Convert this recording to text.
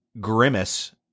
grimace